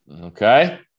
Okay